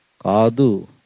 Kadu